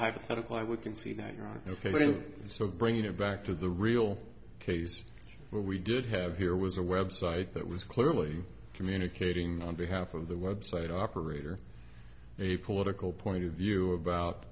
hypothetical i would concede that you're ok so bringing it back to the real case what we did have here was a website that was clearly communicating on behalf of the website operator a political point of view about